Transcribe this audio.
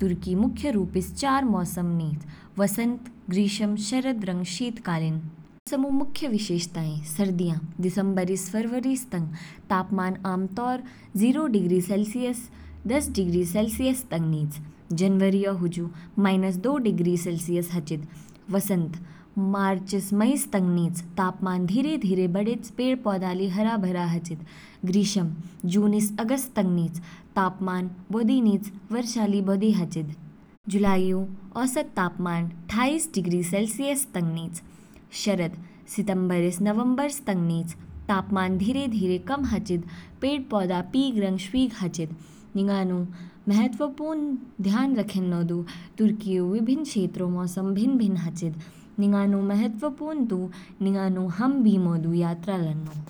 तुर्की मुख्य रूपस चार मौसम निच, वसंत, ग्रीष्म, शरद, रंग शीतकालीन। मौसम ऊ मुख्य विशेषताएं, सर्दियाँ, दिसंबर से फरवरी तंग तापमान आमतौर जीरो डिग्री सेलसियस दस डिग्री सेलसियस तंग निच, जनवरीऔ हुजु माइनस दो डिग्री सेलसियस हाचिद। वसंत, मार्च ईस मई तंग निच, तापमान धीरे-धीरे बढ़ेच, पेड़ पौधा ली हरा भरा हाचिद। ग्रीष्म, जून स अगस्त तंग निच, तापमान बौधि निच, वर्षा ली बौधि हाचिद, जुलाईऔ औसत तापमान अठाईस डिग्री सेलसियस तंग निच। शरद, सितंबर स नवंबर तंग निच, तापमान धीरे-धीरे कम हाचिद, पेड़ पौधे पीग रंग शवीग हाचिद। निंगानु महत्वपूर्ण ध्यान रखेन्नौ दु तुर्की ऊ विभिन्न क्षेत्रों मौसम भिन्न भिन्न हाचिद, निंगानु महत्वपूर्ण दु निंगानु हाम बीमौ दु यात्रा लान्नौ।